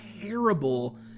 terrible